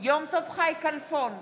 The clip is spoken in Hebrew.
יום טוב חי כלפון,